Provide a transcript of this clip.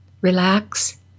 relax